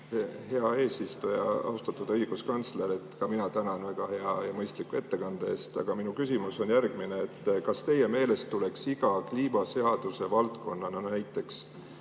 Hea eesistuja! Austatud õiguskantsler, ka mina tänan väga hea ja mõistliku ettekande eest. Aga minu küsimus on järgmine. Kas teie meelest tuleks iga kliimaseaduse valdkonna – näiteks